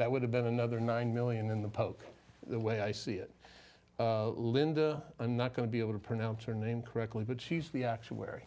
that would have been another nine million in the poke the way i see it linda i'm not going to be able to pronounce her name correctly but she's the actuary